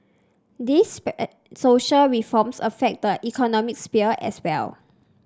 these social reforms affect the economic sphere as well